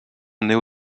néo